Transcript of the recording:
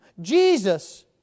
Jesus